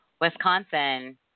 Wisconsin